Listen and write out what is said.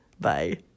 Bye